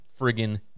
friggin